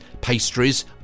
pastries